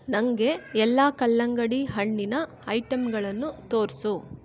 ನನಗೆ ಎಲ್ಲ ಕಲ್ಲಂಗಡಿ ಹಣ್ಣಿನ ಐಟಮ್ಗಳನ್ನು ತೋರಿಸು